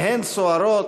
מהן סוערות,